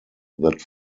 that